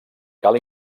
cal